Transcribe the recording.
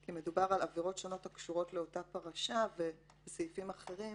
כי מדובר על עבירות שונות הקשורות לאותה פרשה ובסעיפים אחרים